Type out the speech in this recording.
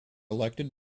elected